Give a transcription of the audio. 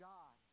God